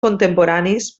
contemporanis